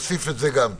להוסיף את זה, גם כן.